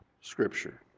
Scripture